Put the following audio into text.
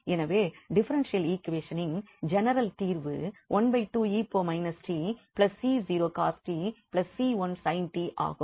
எனவே டிஃபரென்ஷியல் ஈக்வேஷனின் ஜெனரல் தீர்வு ஆகும்